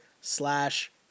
slash